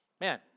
Man